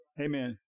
Amen